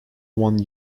one